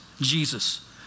Jesus